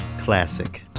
classic